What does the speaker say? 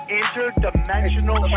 interdimensional